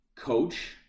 coach